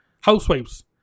housewives